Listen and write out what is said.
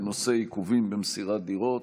בנושא: עיכובים במסירת דירות,